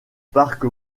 parc